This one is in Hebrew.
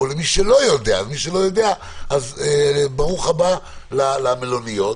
ולמי שלא יודע, ברוך הבא למלוניות.